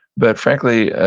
but frankly,